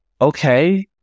okay